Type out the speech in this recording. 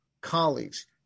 colleagues